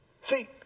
See